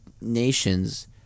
nations